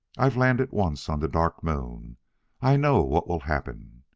i've landed once on the dark moon i know what will happen.